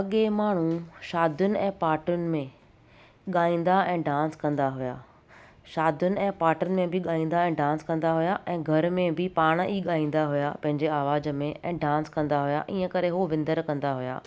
अॻे माण्हू शादीनि ऐं पार्टीनि में गाईंदा ऐं डांस कंदा हुया शादीनि ऐं पार्टीनि में बि गाईंदा ऐं डांस कंदा हुया ऐं घर में बि पाण ई गाईंदा हुया पंहिंजे आवाज़ु में ऐं डांस कंदा हुया ईअं करे उहो विंदर कंदा हुया